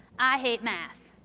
i hate math.